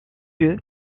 jeu